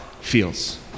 feels